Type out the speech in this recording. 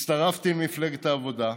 הצטרפתי למפלגת העבודה,